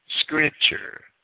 scripture